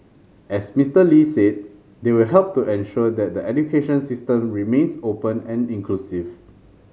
as Mister Lee said they will help to ensure that the education system remains open and inclusive